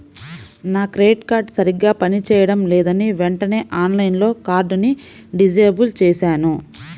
నా credit card సరిగ్గా పని చేయడం లేదని వెంటనే ఆన్లైన్లో కార్డుని డిజేబుల్ చేశాను